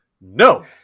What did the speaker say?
No